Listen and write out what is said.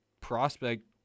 prospect